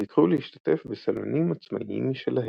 וביכרו להשתתף בסלונים עצמאיים משלהם.